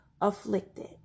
afflicted